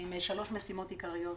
עם שלוש משימות עיקריות.